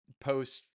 post